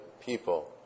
people